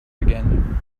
again